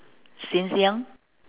since young